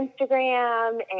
Instagram